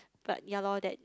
but ya lor that